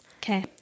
Okay